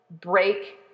break